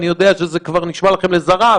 אני יודע שזה כבר היה לכם לזרא,